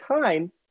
time